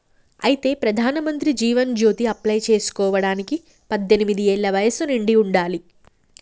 అయితే ప్రధానమంత్రి జీవన్ జ్యోతి అప్లై చేసుకోవడానికి పద్దెనిమిది ఏళ్ల వయసు నిండి ఉండాలి